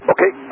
Okay